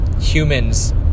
humans